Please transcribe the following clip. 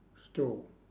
store